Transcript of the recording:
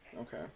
Okay